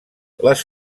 les